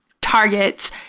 targets